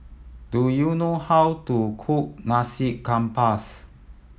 do you know how to cook nasi campus